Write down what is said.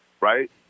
right